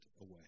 away